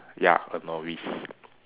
ya a novice